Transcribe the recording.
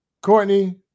Courtney